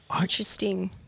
Interesting